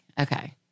Okay